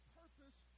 purpose